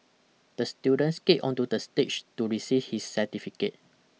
the student skated onto the stage to receive his certificate